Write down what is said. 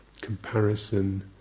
comparison